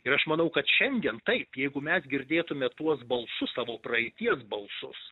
ir aš manau kad šiandien taip jeigu mes girdėtume tuos balsus savo praeities balsus